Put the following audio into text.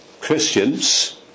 Christians